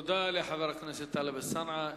תודה לחבר הכנסת טלב אלסאנע.